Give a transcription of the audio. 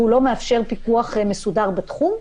והוא לא מאפשר פיקוח מסודר בתחום.